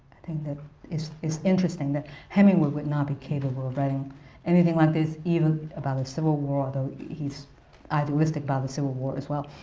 i think that it's it's interesting that hemingway would not be capable of writing anything like this even about a civil war though he's idealistic about the civil war, as well.